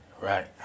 Right